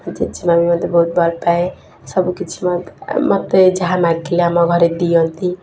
ମୋ ଜେଜେମା' ବି ମୋତେ ବହୁତ ଭଲ ପାଏ ସବୁକିଛି ମୋତେ ଯାହା ମାଗିଲେ ଆମ ଘରେ ଦିଅନ୍ତି